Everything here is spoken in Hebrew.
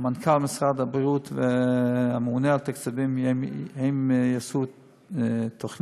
שמנכ"ל משרד הבריאות והממונה על התקציבים יעשו תוכנית.